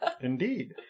Indeed